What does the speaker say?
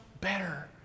better